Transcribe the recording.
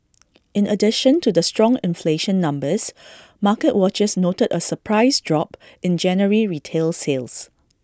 in addition to the strong inflation numbers market watchers noted A surprise drop in January retail sales